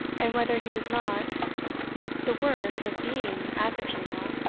and whether he was not the worse of being at the funeral,